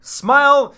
smile